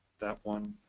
that one,